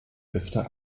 öfter